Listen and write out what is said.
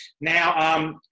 Now